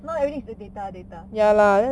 now everything is data data